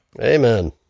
Amen